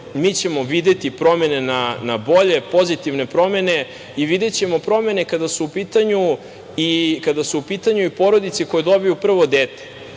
mi ćemo videti promene na bolje, pozitivne promene i videćemo promene kada su u pitanju i porodice koje dobiju prvo